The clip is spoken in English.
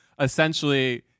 essentially